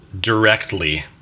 directly